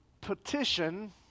petition